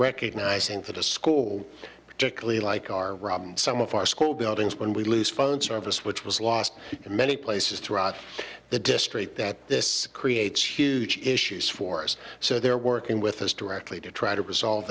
recognizing that a school particularly like our rob and some of our school buildings when we lose phone service which was lost in many places throughout the district that this creates huge issues for us so they're working with us directly to try to resolve